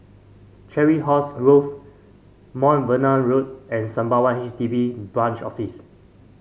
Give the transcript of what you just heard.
Chiselhurst Grove Mount Vernon Road and Sembawang H D B Branch Office